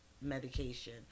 medication